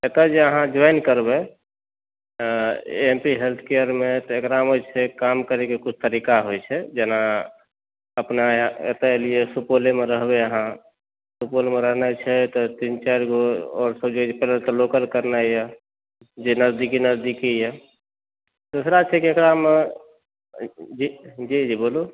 अहाँ जे जॉइन करबै एम पी हेल्थ केयर मे तऽ एकरामे छै काम करैके किछु तरिका होइ छै एतऽ एलियै सुपौलेमे रहबै अहाँ सुपौलमे रहनाइ छै तऽ तीन चारि गो ऑर्थो जे अहाँकेँ लोकल करनाइ अइ जे नजदीकी नजदीकी अइ दोसरा छै कि एकरामे जी जी बोलू